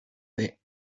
bit